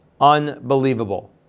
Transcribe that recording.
Unbelievable